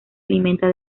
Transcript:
alimenta